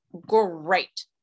great